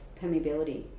permeability